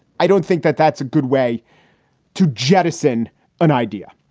i don't think that that's a good way to jettison an idea,